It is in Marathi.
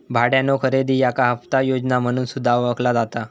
भाड्यानो खरेदी याका हप्ता योजना म्हणून सुद्धा ओळखला जाता